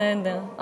בסדר.